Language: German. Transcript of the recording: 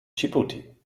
dschibuti